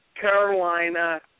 Carolina